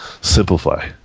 simplify